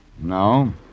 No